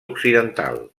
occidental